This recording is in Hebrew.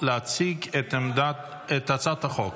להציג את הצעת החוק.